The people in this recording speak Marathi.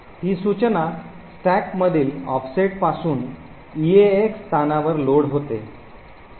ही सूचना स्टॅकमधील ऑफसेटपासून EAX स्थानावर लोड होते